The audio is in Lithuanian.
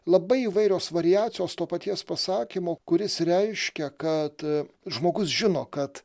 labai įvairios variacijos to paties pasakymo kuris reiškia kad žmogus žino kad